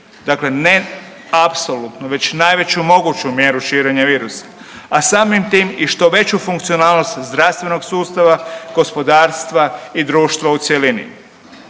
Dakle, ne apsolutnu već najveću moguću mjeru širenja virusa, a samim tim i što veću funkcionalnost zdravstvenog sustava, gospodarstva i društva u cjelini.